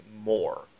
more